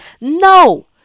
No